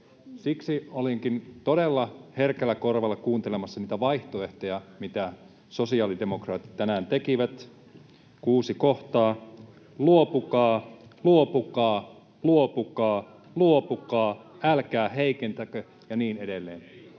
Siksi olinkin todella herkällä korvalla kuuntelemassa niitä vaihtoehtoja, mitä sosiaalidemokraatit tänään tekivät. Kuusi kohtaa: luopukaa, luopukaa, luopukaa, luopukaa, älkää heikentäkö ja niin edelleen.